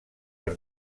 per